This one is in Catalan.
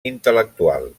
intel·lectual